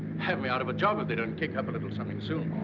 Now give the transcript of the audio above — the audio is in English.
have me out of a job if they don't kick up a little something soon.